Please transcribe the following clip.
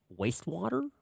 wastewater